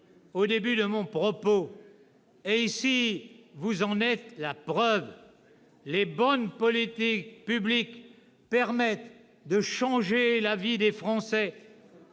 au début de mon propos, et votre assemblée en est la preuve : les bonnes politiques publiques permettent de changer la vie des Français.